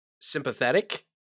sympathetic